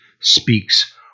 speaks